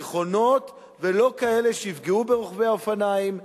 נכונות, ולא כאלה שיפגעו ברוכבי האופניים,